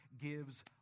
gives